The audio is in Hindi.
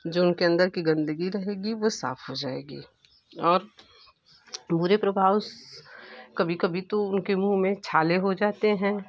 जो उनके अंदर की गंदगी रहेगी वो साफ हो जाएगी और बुरे प्रभाव से कभी कभी उनके मुँह में छाले हो जाते हैं